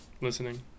listening